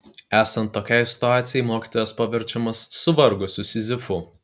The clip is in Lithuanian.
esant tokiai situacijai mokytojas paverčiamas suvargusiu sizifu